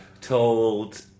told